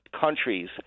countries